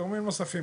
גם גורמים נוספים,